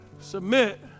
Submit